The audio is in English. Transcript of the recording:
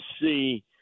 see –